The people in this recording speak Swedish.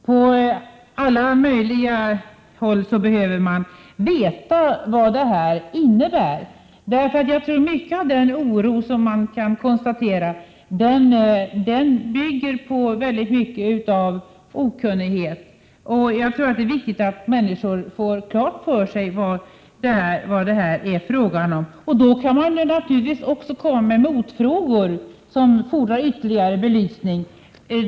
På alla möjliga håll måste man få veta vad det hela innebär, för jag tror att mycket av den oro som kan konstateras i stor utsträckning beror på okunnighet. Det är viktigt att människor får klart för sig vad det här gäller. Då kan man också komma med motfrågor som fordrar ytterligare belysning.